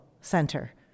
center